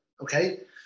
okay